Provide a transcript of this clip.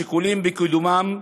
השיקולים בקידומם,